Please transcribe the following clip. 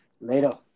Later